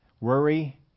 Worry